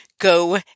Go